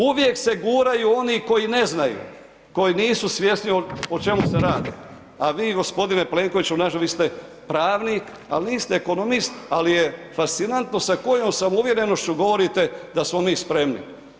Uvijek se guraju oni koji ne znaju, koji nisu svjesni o čemu se radi, a vi g. Plenkoviću, nažalost, vi ste pravnik, ali niste ekonomist, ali je fascinantno sa kojom samouvjerenošću govorite da smo mi spremni.